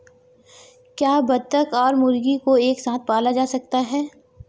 क्या बत्तख और मुर्गी को एक साथ पाला जा सकता है?